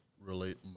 relate